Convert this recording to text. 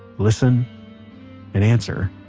listen and answer